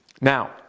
now